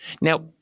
Now